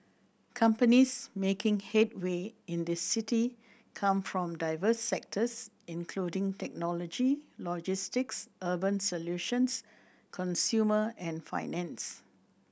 companies making headway in this city come from diverse sectors including technology logistics urban solutions consumer and finance